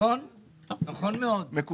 נכון מאוד.